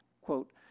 Quote